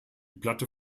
platte